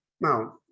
Now